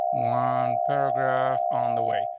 one paragraph on the way.